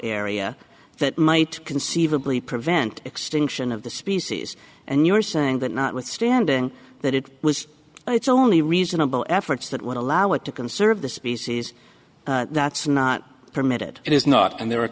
area that might conceivably prevent extinction of the species and you're saying that notwithstanding that it was it's only reasonable efforts that would allow it to conserve the species that's not permitted it is not and there are